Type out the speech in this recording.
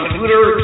Twitter